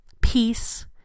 peace